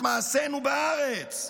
את מעשינו בארץ,